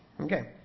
Okay